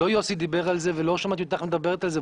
שלא יוסי דיבר על זה, ולא שמעתי אותך מדברת על זה.